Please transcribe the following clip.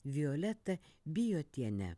violetą bijotienę